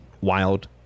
wild